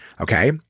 Okay